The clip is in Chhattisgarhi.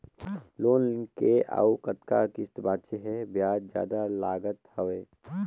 लोन के अउ कतका किस्त बांचें हे? ब्याज जादा लागत हवय,